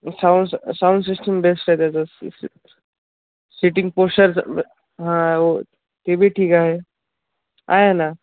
sound sound system best आहे त्याचं sitting पोशचरच हा तेबी ठीक आहे आहे ना